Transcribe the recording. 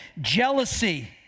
Jealousy